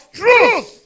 truth